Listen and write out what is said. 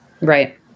Right